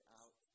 out